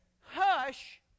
Hush